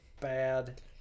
Bad